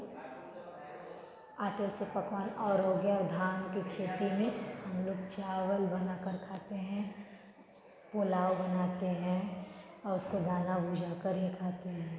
आटे से पकवान और हो गया धान के खेती में हम लोग चावल बनाकर खाते हैं पुलाव बनाते हैं और उसको ज़्यादा भुजा कर ही खाते हैं